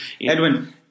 Edwin